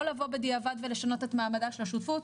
לא לבוא בדיעבד ולשנות את מעמדה של השותפות,